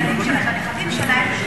גם לנכדים שלהם,